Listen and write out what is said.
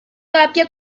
tapia